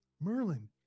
Merlin